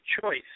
choice